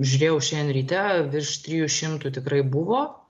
žiūrėjau šiandien ryte virš trijų šimtų tikrai buvo